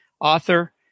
author